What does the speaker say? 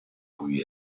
cui